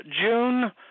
June